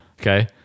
Okay